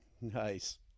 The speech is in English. Nice